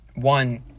One